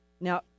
Now